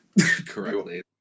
correctly